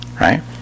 Right